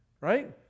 right